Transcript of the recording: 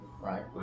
right